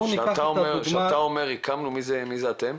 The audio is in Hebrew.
--- כשאתה אומר הקמנו, מי זה אתם?